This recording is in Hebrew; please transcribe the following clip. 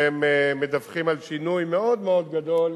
והם מדווחים על שינוי מאוד גדול.